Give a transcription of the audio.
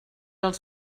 als